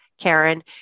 Karen